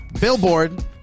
Billboard